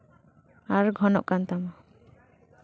ᱟᱨ ᱜᱷᱚᱱᱚᱜ ᱠᱟᱱ ᱛᱟᱢᱟ